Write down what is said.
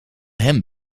hem